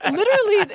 and literally,